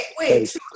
Wait